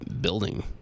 building